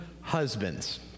husbands